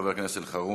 חבר הכנסת אלחרומי,